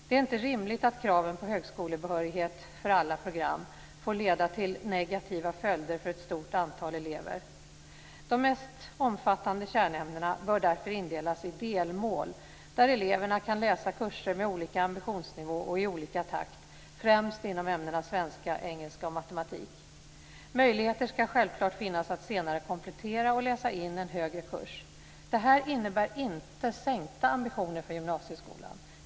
Det är inte rimligt att kraven på högskolebehörighet för alla program får leda till negativa följder för ett stort antal elever. De mest omfattande kärnämnena bör därför indelas i delmål, där eleverna kan läsa kurser med olika ambitionsnivå och i olika takt, främst inom ämnena svenska, engelska och matematik. Möjligheter skall självklart finnas att senare komplettera och läsa in en högre kurs. Detta innebär inte sänkta ambitioner för gymnasieskolan.